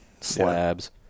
slabs